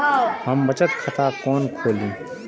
हम बचत खाता कोन खोली?